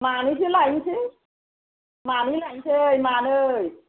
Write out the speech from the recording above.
मानैसो लायनोसै मानै लायनोसै मानै